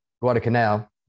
Guadalcanal